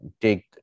take